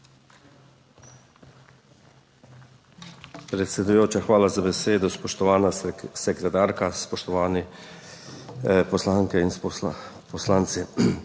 Predsedujoča, hvala za besedo. Spoštovana sekretarka, spoštovani poslanke in poslanci.